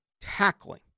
tackling